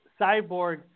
Cyborg